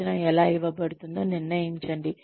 శిక్షణ ఎలా ఇవ్వబడుతుందో నిర్ణయించండి